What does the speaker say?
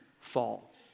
fall